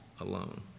alone